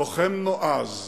לוחם נועז,